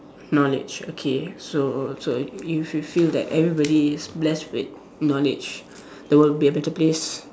knowledge okay so so if you feel that everybody is blessed with knowledge the world will be a better place